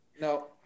No